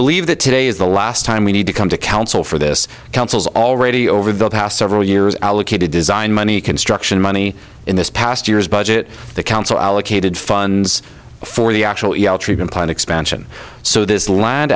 believe that today is the last time we need to come to council for this councils already over the past several years allocated design money construction money in this past year's budget the council allocated funds for the actual yele treatment plan expansion so this land